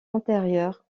antérieure